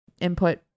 input